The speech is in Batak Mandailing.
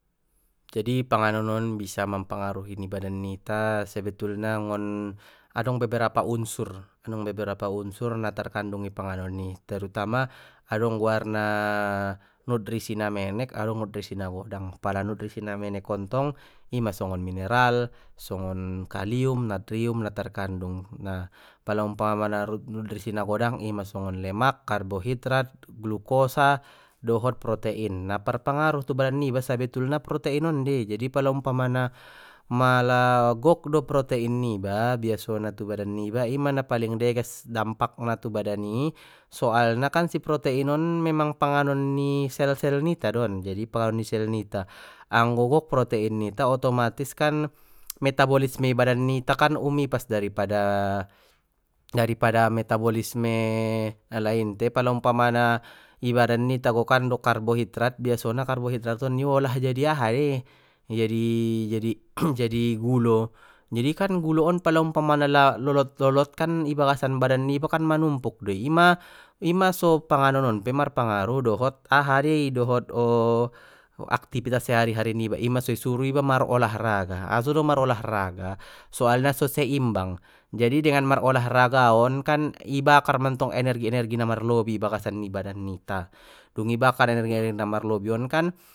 Jadi panganon on bisa mampangaruhi ni badan nita sebetulna ngon adong beberapa unsur adong beberapa unsur na tarkandung i panganon i terutama adong goarna nutrisi na menek adong nutrisi nagodang pala nutrisi namenek on ntong ima songon mineral songon kalium natrium na tarkandung, pala umpamana nutrisi nagodang ima songon lemak, karbohidrat, glukosa, dohot protein na marpangaruh tu badan niba sabetulna protein on dei jadi pala umpamana, mala gok do protein niba biasona tu badan niba ima na paling deges dampak na tu badan i soalna kan si protein on memang panganon ni sel sel nita don jadi panganon ni sel nita anggo gok protein nita otomatis kan metabolisme badan nita kan um ipas daripada-daripada metabolisme nalain te pala umpama na di badan nita gokan do karbohidrat biasana karbohirat on diolah jadi aha dei jadi-jadi jadi gulo, jadikan gulo on pala umpamana la-lolot lolot i bagasan badan niba kan manumpuk dei ima ima so panganon on pe marpangaruh dohot aha dei dohot aktifitas sehari hari niba ima so i suru iba mar olahraga aso do mar olahraga soalna so seimbang jadi dengan mar olahraga on kan ibakar mantong energi energi na marlobi ibagasan badan nita dung ibakar energi na marlobi on kan.